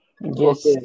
Yes